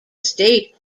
state